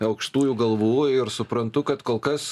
aukštųjų galvų ir suprantu kad kol kas